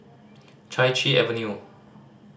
Chai Chee Avenue